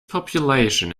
population